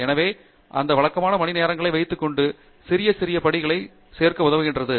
எனவே அந்த வழக்கமான மணிநேரங்களை வைத்துக்கொண்டு சிறிய சிறிய படிகளைச் சேர்க்க உதவுகிறது